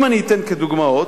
שם יש צרות של עשירים.